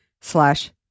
slash